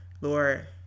lord